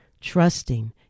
trusting